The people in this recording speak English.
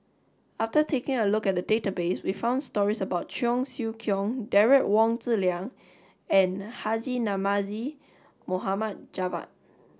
after taking a look at the database we found stories about Cheong Siew Keong Derek Wong Zi Liang and Haji Namazie Mohd Javad